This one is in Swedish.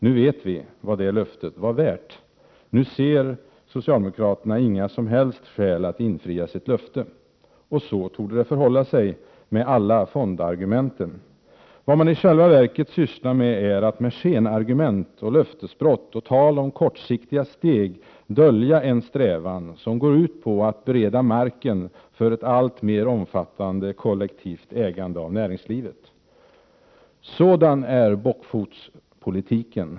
Nu vet vi vad det löftet var värt. Nu ser socialdemokraterna inga som helst skäl att infria sitt löfte. Och så torde det förhålla sig med alla fondargumenten. Vad man i själva verket sysslar med är att med skenargument, löftesbrott och tal om ”kortsiktiga steg” dölja en strävan som går ut på att bereda marken för ett alltmer omfattande kollektivt ägande av näringslivet. Sådan är bockfotspolitiken.